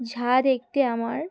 যা দেখতে আমার